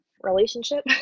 Relationship